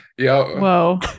Whoa